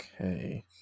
Okay